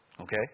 Okay